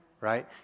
right